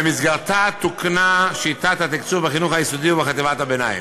שבמסגרתה תוקנה שיטת התקצוב בחינוך היסודי ובחטיבת הביניים.